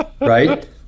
right